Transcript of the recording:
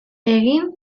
egin